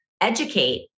educate